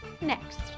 next